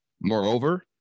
Moreover